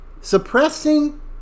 Suppressing